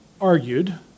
argued